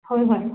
ꯍꯣꯏ ꯍꯣꯏ